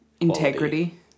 Integrity